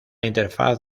interfaz